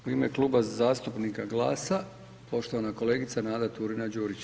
U ime Kluba zastupnika GLAS-a poštovana kolegica Nada Turina Đurić.